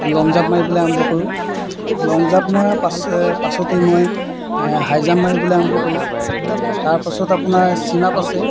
লং jump মাৰিবলৈ আৰম্ভ কৰোঁ লং জাম্প মৰা পাছে পাছতেই মই হাই জাম্প মাৰিবলৈ আৰম্ভ কৰোঁ তাৰপাছত আপোনাৰ চিন আপ আছে